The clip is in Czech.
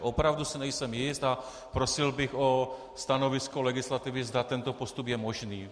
Opravdu si nejsem jist a prosil bych o stanovisko legislativy, zda tento postup je možný.